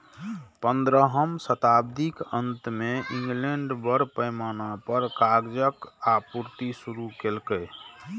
पंद्रहम शताब्दीक अंत मे इंग्लैंड बड़ पैमाना पर कागजक आपूर्ति शुरू केलकै